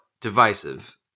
divisive